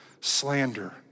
slander